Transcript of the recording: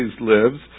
lives